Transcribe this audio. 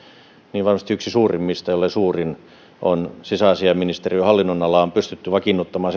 niin varmasti yksi suurimmista jollei suurin on sisäasiainministeriön hallinnonala on pystytty vakiinnuttamaan